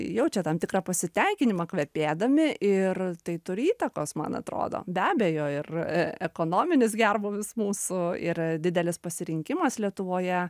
jaučia tam tikrą pasitenkinimą kvepėdami ir tai turi įtakos man atrodo be abejo ir ekonominis gerbūvis mūsų ir didelis pasirinkimas lietuvoje